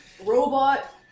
robot